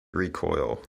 recoil